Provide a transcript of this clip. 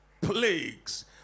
plagues